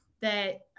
that-